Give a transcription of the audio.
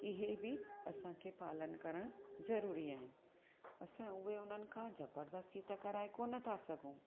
इहे बि असांखे पालन करणु ज़रूरी आहिनि असां उहे उन्हनि खां ज़बरदस्ती त कराए कोन था सघूं